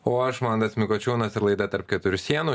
o aš mantas mikočiūnas ir laida tarp keturių sienų